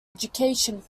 education